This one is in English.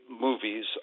movies